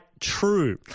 true